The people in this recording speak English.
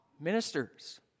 ministers